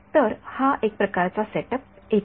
तर हा एक प्रकारचा सेट अप १ आहे